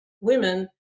women